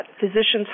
physicians